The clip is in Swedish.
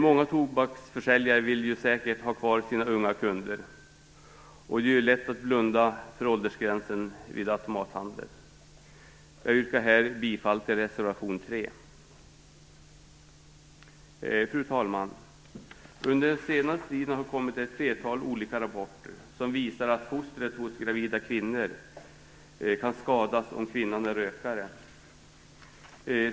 Många tobaksförsäljare vill säkert ha kvar sina unga kunder, och det är lätt att blunda för åldersgränsen vid automathandel. Jag yrkar här bifall till reservation 3. Fru talman! Under den senaste tiden har det kommit ett flertal olika rapporter som visar att fostret hos gravida kvinnor kan skadas om kvinnan är rökare.